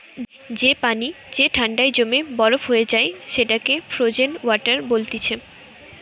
যে পানি যে ঠান্ডায় জমে বরফ হয়ে যায় সেটাকে ফ্রোজেন ওয়াটার বলতিছে